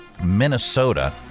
Minnesota